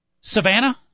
Savannah